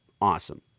Awesome